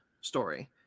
story